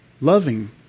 loving